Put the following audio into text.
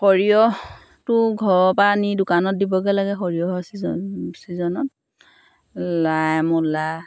সৰিয়হটো ঘৰৰ পৰা নি দোকানত দিবগৈ লাগে সৰিয়হৰ ছিজন ছিজনত লাই মূলা